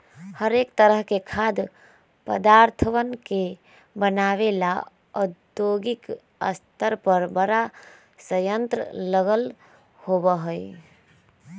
हरेक तरह के खाद्य पदार्थवन के बनाबे ला औद्योगिक स्तर पर बड़ा संयंत्र लगल होबा हई